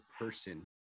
person